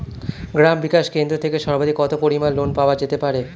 গ্রাম বিকাশ কেন্দ্র থেকে সর্বাধিক কত পরিমান লোন পাওয়া যেতে পারে?